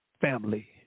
family